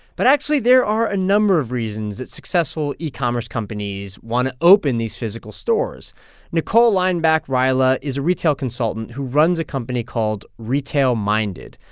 but actually, there are a number of reasons that successful e-commerce companies want to open these physical stores nicole leinbach reyhle ah is a retail consultant who runs a company called retail minded.